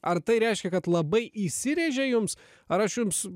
ar tai reiškia kad labai įsirėžė jums ar aš jums